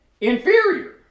inferior